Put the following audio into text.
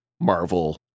Marvel